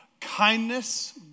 Kindness